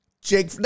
Jake